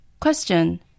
Question